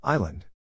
Island